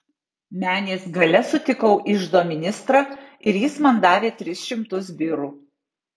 menės gale sutikau iždo ministrą ir jis man davė tris šimtus birų